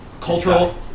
cultural